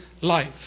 life